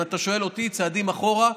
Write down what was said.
אם אתה שואל אותי על צעדים אחורה,